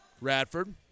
Radford